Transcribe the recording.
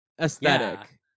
aesthetic